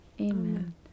Amen